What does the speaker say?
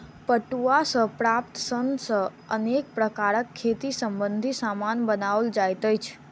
पटुआ सॅ प्राप्त सन सॅ अनेक प्रकारक खेती संबंधी सामान बनओल जाइत अछि